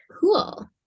cool